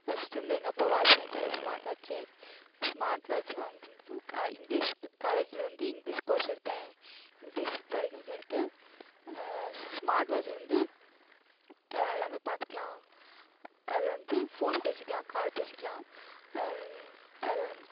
first வந்து எங்கப்பா watch வாங்கி தரேன்ங்க ஸ்மார்ட் வாட்ச் ஸ்மார்ட் வாட்ச் வாங்கி தந்தப்போது கா இங்கிலீஸ் காலேஜ்ஜில் வந்து இங்கிலீஸ் கோர்ஸ் எடுத்தேன் இங்கிலீஸ் படிக்கணுன்னு சொல்லிட்டு ஸ்மார்ட் வாட்ச்சில் வந்து எல்லாமே பார்த்துக்கலாம் அதில் வந்து ஃபோன் பேசிக்கலாம் கால் பேசிக்கலாம் அதில் வந்